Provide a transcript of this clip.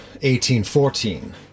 1814